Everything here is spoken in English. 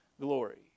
glory